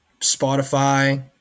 Spotify